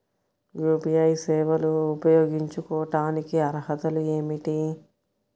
UPI సేవలు ఉపయోగించుకోటానికి అర్హతలు ఏమిటీ?